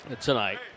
tonight